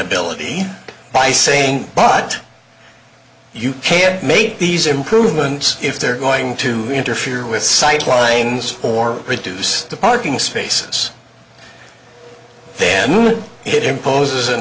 ability by saying but you can make these improvements if they're going to interfere with sight lines or reduce the parking spaces then it imposes an